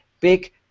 big